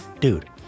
dude